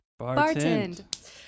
Bartend